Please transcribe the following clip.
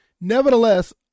nevertheless